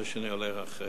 אדוני היושב-ראש,